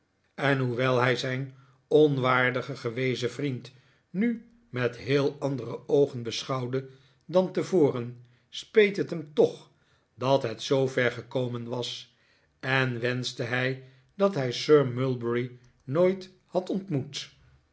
en hoewel hij zijn oiiwaardigen gewezen vriend nu met heel andere oogen beschouwde dan tevoren speet het hem toch dat het zoover gekomen was en wenschte hij dat hij sir mulberry nboit had ontmoet